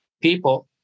people